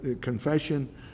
confession